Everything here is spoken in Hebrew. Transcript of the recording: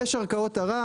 יש ערכאות ערר.